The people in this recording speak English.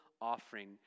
offering